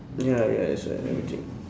ya ya that's why let me think